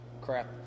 crap